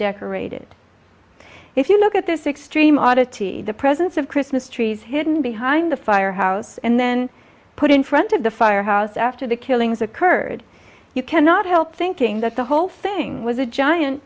decorated if you look at this exchange oddity the presence of christmas trees hidden behind the firehouse and then put in front of the firehouse after the killings occurred you cannot help thinking that the whole thing was a giant